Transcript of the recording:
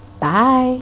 Bye